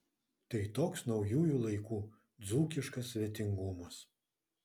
tai toks naujųjų laikų dzūkiškas svetingumas